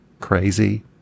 crazy